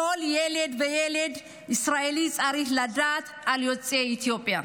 כל ילד וילד ישראלי צריך לדעת את ההיסטוריה של יוצאי אתיופיה.